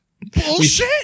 bullshit